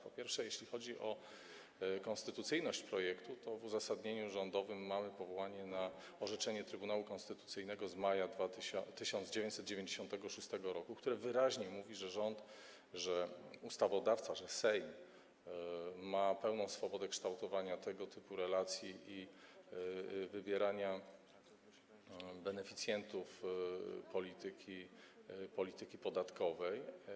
Po pierwsze, jeśli chodzi o konstytucyjność projektu, to w uzasadnieniu rządowym mamy powołanie na orzeczenie Trybunału Konstytucyjnego z maja 1996 r., które wyraźnie mówi, że rząd, że ustawodawca, że Sejm mają pełną swobodę kształtowania tego typu relacji i wybierania beneficjentów polityki podatkowej.